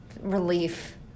relief